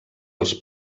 els